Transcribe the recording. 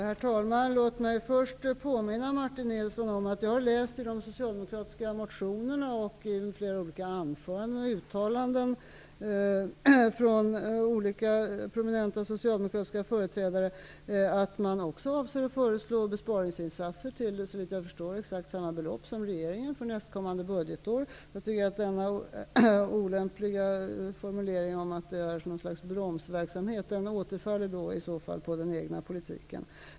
Herr talman! Låt mig först påminna Martin Nilsson om att jag i de socialdemokratiska motionerna, i flera olika anföranden och uttalanden av olika prominenta socialdemokratiska företrädare har läst att man också avser att inför nästkommande budgetår föreslå besparingsinsatser till, såvitt jag förstår, exakt samma belopp som regeringen har föreslagit. Jag tycker att den olämpliga formuleringen att det är fråga om något slags bromsverksamhet i så fall återfaller på den egna politiken.